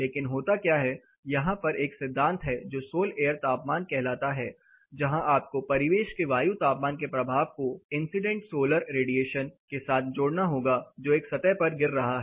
लेकिन होता क्या है यहां पर एक सिद्धांत है जो सोल एयर तापमान कहलाता है जहां आपको परिवेश के वायु तापमान के प्रभाव को इंसीडेंट सोलर रेडिएशन के साथ जोड़ना होगा जो एक सतह पर गिर रहा है